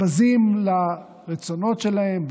בזים לרצונות שלהם,